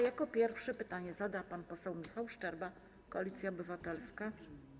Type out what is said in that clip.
Jako pierwszy pytanie zada pan poseł Michał Szczerba, Koalicja Obywatelska.